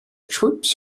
troops